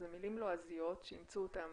זה מילים לועזיות שאימצו אותן